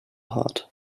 heart